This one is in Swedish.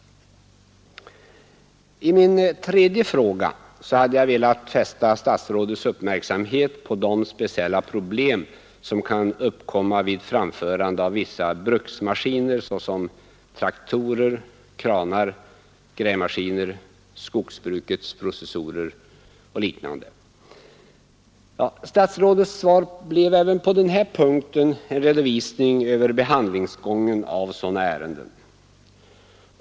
I min tredje fråga hade jag velat fästa statsrådets uppmärksamhet på de speciella problem som kan uppkomma vid framförandet av vissa bruksmaskiner såsom traktorer, kranar, grävmaskiner och skogsbrukets processorer och liknande. Statsrådets svar blev även på den här punkten en redovisning över behandlingsgången av sådana ärenden.